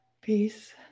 Peace